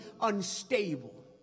unstable